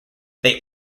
they